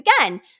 again